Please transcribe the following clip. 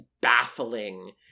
baffling